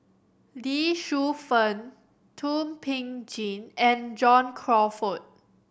Lee Shu Fen Thum Ping Tjin and John Crawfurd